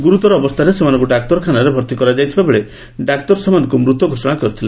ଗୁରୁତର ଅବସ୍ଥାରେ ସେମାନଙ୍କୁ ଡାକ୍ତରଖାନାରେ ଭର୍ତ୍ରି କରାଯାଇଥିବା ବେଳେ ଡାକ୍ତର ସେମାନଙ୍କୁ ମୃତ ଘୋଷଣା କରିଥିଲେ